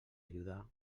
ajudar